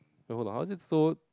err hold on how is it so